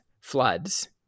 floods